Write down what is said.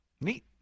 Neat